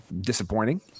disappointing